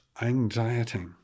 anxiety